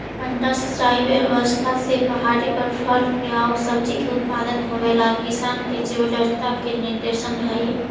मड्डा सिंचाई व्यवस्था से पहाड़ी पर फल एआउ सब्जि के उत्पादन होवेला किसान के जीवटता के निदर्शन हइ